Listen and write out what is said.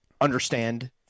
understand